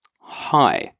Hi